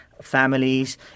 families